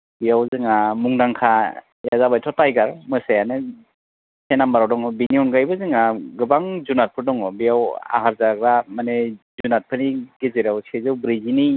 बेयाव जोंहा मुंदांखा लालाबायट' टाइगार मोसायानो से नाम्बाराव दङ बेनि अनगायैबो जोंना गोबां जुनारफोर दङ बेयाव आहार जाग्रा मानि जुनारफोरनि गेजेराव सेजौ ब्रैजिनि